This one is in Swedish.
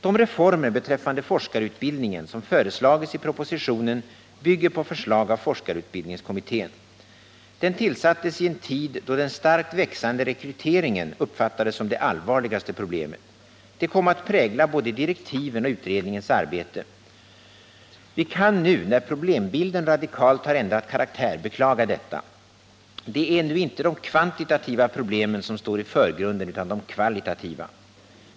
De reformer beträffande forskarutbildningen som föreslagits i propositionen bygger på förslag av forskarutbildningskommittén. Denna tillsattes i en tid då den starkt växande rekryteringen uppfattades som det allvarligaste problemet. Detta kom att prägla både direktiven och utredningens arbete. Vi kan nu, när problembilden ganska radikalt ändrat karaktär, beklaga detta. Det är nu inte de kvantitativa problemen som står i förgrunden, utan de kvalitativa.